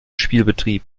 spielbetrieb